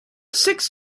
six